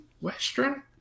Western